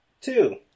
Two